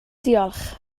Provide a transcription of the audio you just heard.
diolch